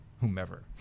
whomever